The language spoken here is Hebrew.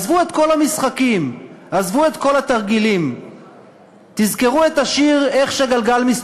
עזבו את כל המשחקים, עזבו את כל התרגילים.